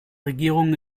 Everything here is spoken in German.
regierung